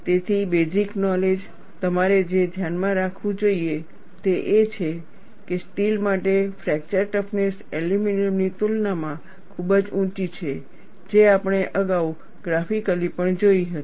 તેથી basic knowledge તમારે જે ધ્યાનમાં રાખવું જોઈએ તે એ છે કે સ્ટીલ માટે ફ્રેક્ચર ટફનેસ એલ્યુમિનિયમની તુલનામાં ખૂબ ઊંચી છે જે આપણે અગાઉ ગ્રાફિકલી પણ જોઈ હતી